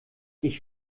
ich